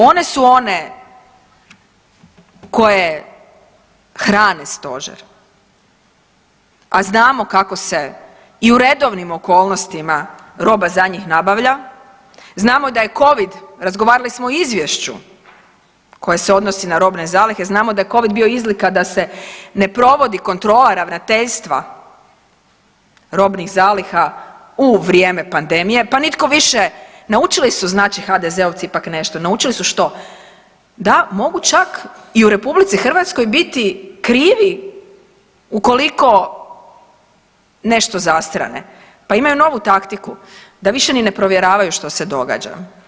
One su one koje hrane stožer, a znamo kako se i u redovnim okolnostima roba za njih nabavlja, znamo da je covid, razgovarali smo o izvješću koje se odnosi na robne zalihe, znamo da je covid bio izlika da se ne provodi kontrola ravnateljstva robnih zaliha u vrijeme pandemije, pa nitko više, naučili su znači HDZ-ovci ipak nešto, naučili su što, da mogu čak i u RH biti krivi ukoliko nešto zastrane, pa imaju novu taktiku, da više ni ne provjeravaju što se događa.